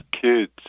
kids